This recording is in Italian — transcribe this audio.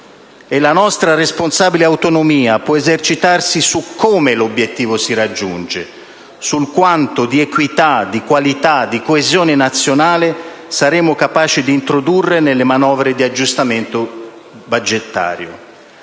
E la nostra responsabile autonomia può esercitarsi su come l'obiettivo si raggiunge, sul *quantum* di equità, dì qualità, di coesione nazionale saremo capaci dì introdurre nelle manovre di aggiustamento budgetario.